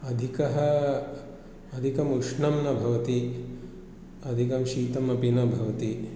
अधिकः अधिकम् उष्णं न भवति अधिकं शीतमपि न भवति